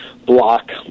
Block